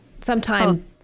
sometime